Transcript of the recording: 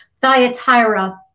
Thyatira